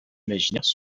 imaginaires